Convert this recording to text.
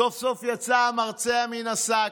סוף-סוף יצא המרצע מן השק,